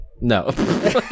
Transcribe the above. No